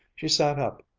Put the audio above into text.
she sat up,